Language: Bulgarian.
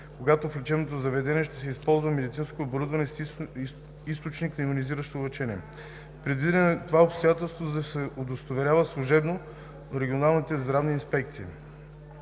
когато в лечебното заведение ще се използва медицинско оборудване с източник на йонизиращо лъчение. Предвидено е това обстоятелство да се удостоверява служебно от регионалните здравни инспекции.